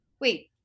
wait